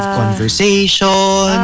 conversation